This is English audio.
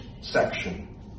section